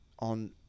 On